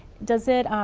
does it,